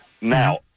Now